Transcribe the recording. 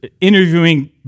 interviewing